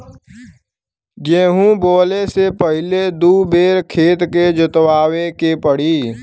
गेंहू बोवले से पहिले दू बेर खेत के जोतवाए के पड़ी